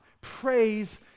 praise